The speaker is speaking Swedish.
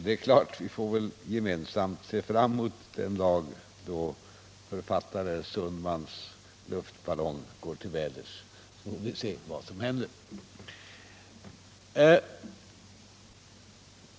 Det är klart att vi gemensamt får se fram emot den dag då författare Sundmans luftballong går till väders — då får vi se vad som händer.